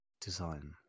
design